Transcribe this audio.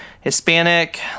Hispanic